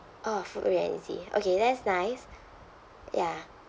oh free and easy okay that's nice ya